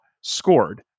scored